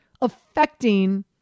affecting